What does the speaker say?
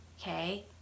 okay